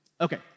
Okay